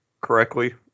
correctly